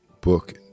book